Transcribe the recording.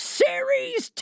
series